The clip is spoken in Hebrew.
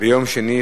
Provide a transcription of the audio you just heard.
ביום שני,